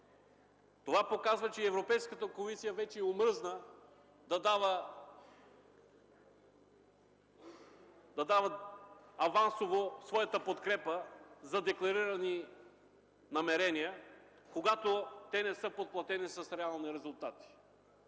Това показва, че Европейската комисия вече й омръзна да дава авансово своята подкрепа за декларирани намерения, когато те не са подплатени с реални резултати.